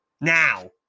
now